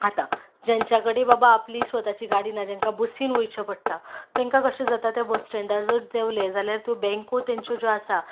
आतां जांच्या कडेन बाबा आपली स्वताची गाडी ना ताका बसीन वयचें पडटा तांकां कशें जाता ते बस स्टेंडार जर देंवले जाल्यार त्यो बँको तांच्यो ज्यो आसा